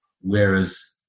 whereas